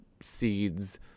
seeds